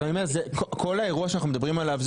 אז אני אומר זה כל האירוע שאנחנו מדברים עליו,